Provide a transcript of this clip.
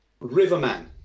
Riverman